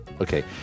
Okay